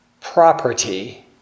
property